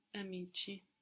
amici